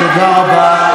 תודה.